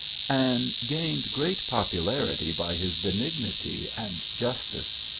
and gained great popularity by his benignity and justice.